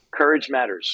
CourageMatters